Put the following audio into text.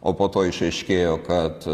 o po to išaiškėjo kad